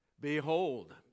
Behold